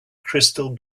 crystal